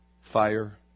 fire